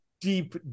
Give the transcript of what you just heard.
deep